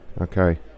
Okay